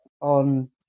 on